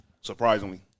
Surprisingly